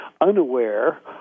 unaware